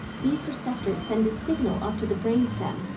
these receptors send a signal up to the brain stem,